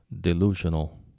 delusional